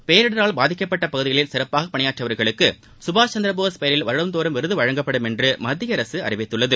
பேரிடர் பாதிக்கப்பட்ட பகுதிகளில் சிறப்பாக பணியாற்றியவர்களுக்கு சுபாஷ்சந்திரபோஸ் பெயரில் வருடந்தோறும் விருது வழங்கப்படும் என்று மத்தியஅரசு அறிவித்துள்ளது